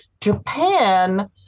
Japan